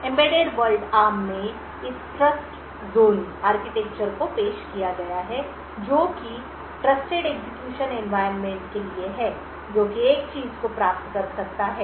embedded world ARM में इस trust zone architecture को पेश किया गया है जो कि ट्रस्टेड एक्ज़ीक्यूशन एनवायरनमेंट के लिए है जो एक ही चीज़ को प्राप्त कर सकता है